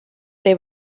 they